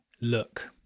look